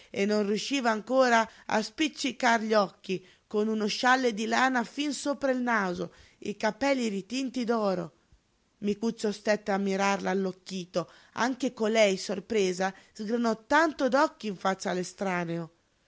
e non riusciva ancora a spiccicar gli occhi con uno scialle di lana fin sopra il naso i capelli ritinti d'oro micuccio stette a mirarla allocchito anche colei sorpresa sgranò tanto d'occhi in faccia